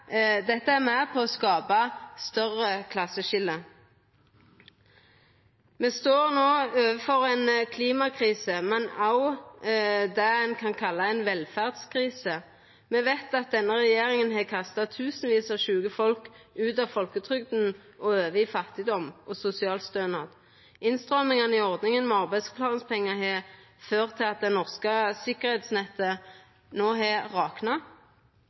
Dette er med på å skapa større klasseskilje. Me står no overfor ei klimakrise, men òg det ein kan kalla ei velferdskrise. Me veit at denne regjeringa har kasta tusenvis av sjuke folk ut av folketrygda og over i fattigdom og sosialstønad. Innstrammingane i ordninga med arbeidsavklaringspengar har ført til at det norske tryggingsnettet no har rakna.